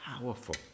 powerful